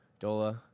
Dola